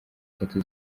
tatu